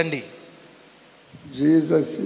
Jesus